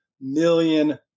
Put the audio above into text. million